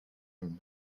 nombre